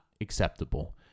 acceptable